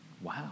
Wow